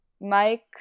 Mike